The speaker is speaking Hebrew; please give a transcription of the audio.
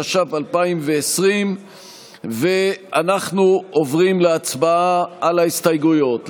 התש"ף 2020. אנחנו עוברים להצבעה על ההסתייגויות.